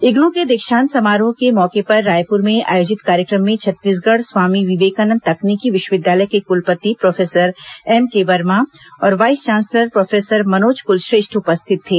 इग्नू के दीक्षांत समारोह के मौके पर रायपुर में आयोजित कार्यक्रम में छत्तीसगढ़ स्वामी विवेकानंद तकनीकी विश्वविद्यालय के कुलपति प्रोफेसर एमके वर्मा और vice chancellor professor Manoj Kulshreshtha उपस्थित थे